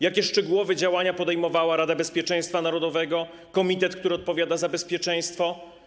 Jakie szczegółowe działania podejmowała Rada Bezpieczeństwa Narodowego, komitet, który odpowiada za bezpieczeństwo?